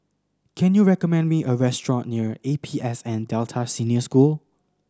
can you recommend me a restaurant near A P S N Delta Senior School